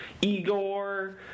Igor